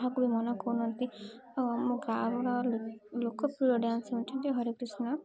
କାହାକୁ ବି ମନା କରୁନାହାନ୍ତି ଆଉ ଆମ ଗାଁର ଲୋକପ୍ରିୟ ଡ୍ୟାନ୍ସ ହେଉଛନ୍ତି ହରେ କୃଷ୍ଣା